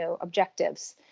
objectives